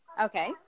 Okay